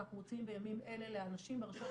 עדיין אנחנו מוציאים בימים אלה לאנשים ברשויות